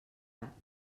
gat